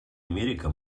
америка